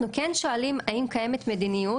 אנחנו כן שואלים האם קיימת מדיניות,